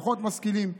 פחות משכילים.